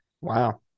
Wow